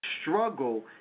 Struggle